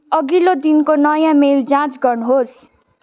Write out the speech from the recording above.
अघिल्लो दिनको नयाँ मेल जाँच गर्नुहोस्